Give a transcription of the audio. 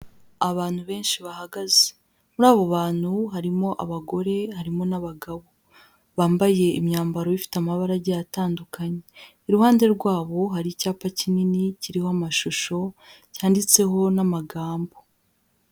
Abantu benshi bahagaze. Muri abo bantu harimo abagore harimo n'abagabo, bambaye imyambaro ifite amabara agiye atandukanye. Iruhande rw’abo hari icyapa kinini, kiriho amashusho cyanditseho n'amagambo.